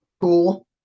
Cool